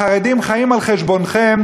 החרדים חיים על חשבונכם,